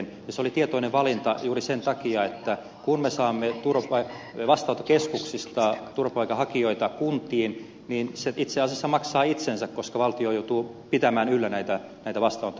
se oli tietoinen valinta juuri sen takia että kun me saamme vastaanottokeskuksista turvapaikanhakijoita kuntiin niin se itse asiassa maksaa itsensä koska valtio joutuu pitämään yllä näitä vastaanottokeskuksia